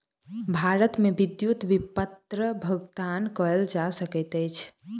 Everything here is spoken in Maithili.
भारत मे विद्युत विपत्र भुगतान कयल जा सकैत अछि